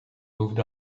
moved